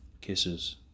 kisses